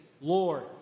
Lord